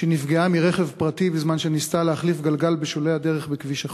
שנפגעה מרכב פרטי בזמן שניסתה להחליף גלגל בשולי הדרך בכביש החוף,